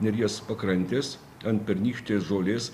neries pakrantės ant pernykštės žolės